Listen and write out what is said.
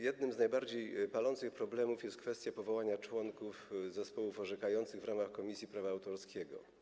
Jednym z najbardziej palących problemów jest kwestia powołania członków zespołów orzekających w ramach Komisji Prawa Autorskiego.